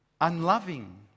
unloving